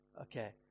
Okay